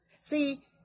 See